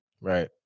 Right